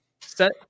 set